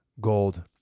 Gold